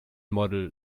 model